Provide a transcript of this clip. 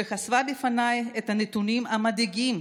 שחשפה בפניי את הנתונים המדאיגים,